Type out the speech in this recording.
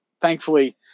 thankfully